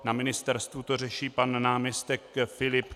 Na ministerstvu to řeší pan náměstek Filip.